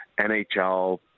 NHL